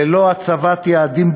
ללא הצבת יעדים ברורים,